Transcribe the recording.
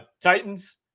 Titans